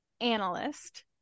analyst